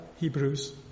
Hebrews